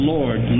Lord